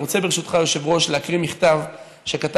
אני רוצה, ברשותך, היושב-ראש, להקריא מכתב שכתב